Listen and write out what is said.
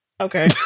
Okay